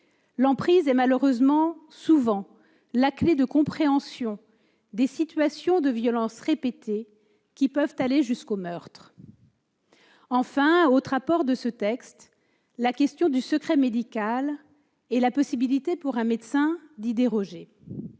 L'emprise est souvent, malheureusement, la clé de compréhension des situations de violences répétées, qui peuvent aller jusqu'au meurtre. Enfin, autre apport de ce texte : la question du secret médical et la possibilité pour un médecin d'y déroger.